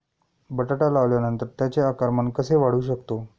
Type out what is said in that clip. बटाटा लावल्यानंतर त्याचे आकारमान कसे वाढवू शकतो?